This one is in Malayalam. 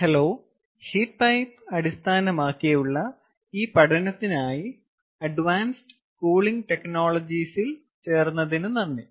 ഹലോ ഹീറ്റ് പൈപ്പ് അടിസ്ഥാനങ്ങളെക്കുറിച്ചുള്ള ഈ പഠനത്തിനായി അഡ്വാൻസ്ഡ് കൂളിംഗ് ടെക്നോളോജിസിൽ ചേർന്നതിന് നന്ദി